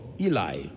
Eli